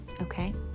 okay